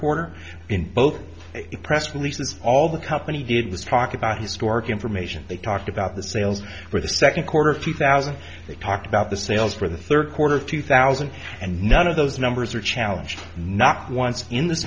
quarter in both press releases all the company did was talk about historic information they talked about the sales for the second quarter of two thousand they talked about the sales for the third quarter of two thousand and none of those numbers are challenged not once in th